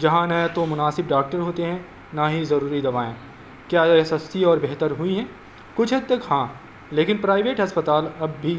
جہاں نہ تو مناسب ڈاکٹر ہوتے ہیں نہ ہی ضروری دوائیں کیا یہ سستی اور بہتر ہوئی ہیں کچھ حد تک ہاں لیکن پرائیویٹ ہسپتال اب بھی